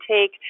take